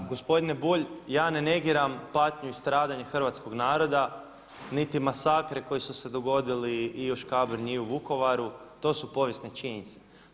Pa gospodine Bulj, ja ne negiram patnju i stradanje hrvatskog naroda niti masakre koji su se dogodili i u Škabrnji i u Vukovaru, to su povijesne činjenice.